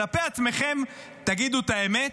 כלפי עצמכם תגידו את האמת.